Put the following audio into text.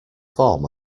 form